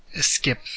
skip